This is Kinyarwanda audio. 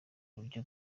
buryo